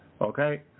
Okay